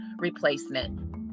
replacement